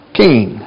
king